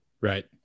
Right